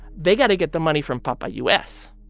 they got to get the money from papa u s.